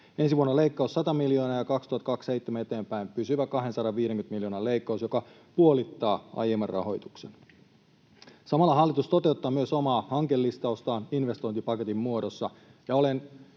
Ensi vuonna leikkaus on 100 miljoonaa, ja vuodesta 2027 eteenpäin pysyvä 250 miljoonan leikkaus puolittaa aiemman rahoituksen. Samalla hallitus toteuttaa myös omaa hankelistaustaan investointipaketin muodossa,